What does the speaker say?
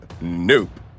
Nope